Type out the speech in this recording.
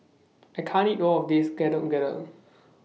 I can't eat All of This Getuk Getuk